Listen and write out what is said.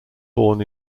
born